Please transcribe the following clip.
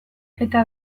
eta